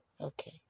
Okay